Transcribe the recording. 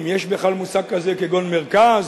אם יש בכלל מושג כזה כגון מרכז,